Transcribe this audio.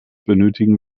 benötigen